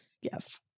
Yes